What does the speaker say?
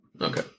Okay